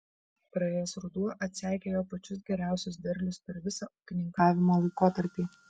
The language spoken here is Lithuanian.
praėjęs ruduo atseikėjo pačius geriausius derlius per visą ūkininkavimo laikotarpį